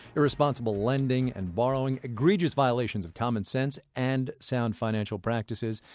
irresponsible lending and borrowing, egregious violations of common sense and sound financial practices.